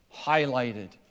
highlighted